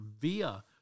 via